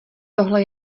tohle